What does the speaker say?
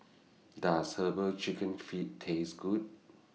Does Herbal Chicken Feet Taste Good